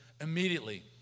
immediately